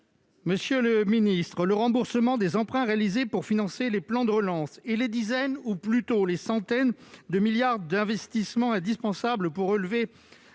Monsieur le ministre, le remboursement des emprunts réalisés pour financer les plans de relance et les dizaines, ou plutôt les centaines, de milliards d'euros d'investissements indispensables pour relever